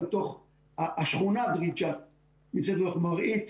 השכונה דריג'את נמצאת בתוך מרעית.